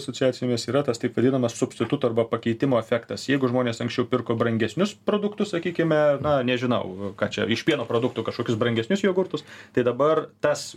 asociacijomis yra tas taip vadinamas substitutų arba pakeitimo efektas jeigu žmonės anksčiau pirko brangesnius produktus sakykime na nežinau ką čia iš pieno produktų kažkokius brangesnius jogurtus tai dabar tas